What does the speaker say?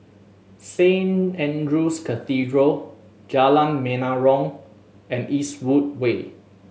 Saint Andrew's Cathedral Jalan Menarong and Eastwood Way